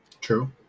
True